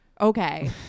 Okay